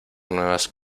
nuevas